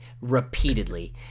repeatedly